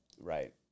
Right